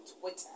Twitter